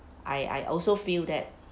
I I also feel that